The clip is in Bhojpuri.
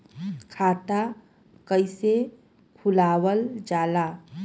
खाता कइसे खुलावल जाला?